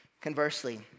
Conversely